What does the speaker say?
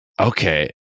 okay